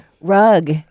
rug